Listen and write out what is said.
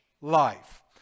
life